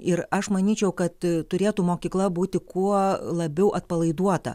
ir aš manyčiau kad turėtų mokykla būti kuo labiau atpalaiduota